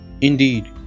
Indeed